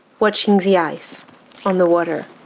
watching the ice on the water.